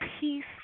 peace